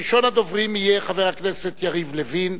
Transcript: ראשון הדוברים יהיה חבר הכנסת יריב לוין.